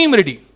ready